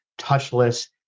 touchless